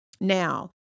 Now